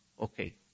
okay